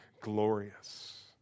glorious